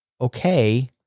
okay